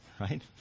right